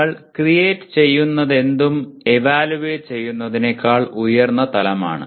നിങ്ങൾ ക്രിയേറ്റ് ചെയ്യുന്നത് എന്തും ഏവാല്യൂവേറ്റ് ചെയ്യുന്നതിനേക്കാൾ ഉയർന്ന തലമാണ്